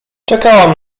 czekałam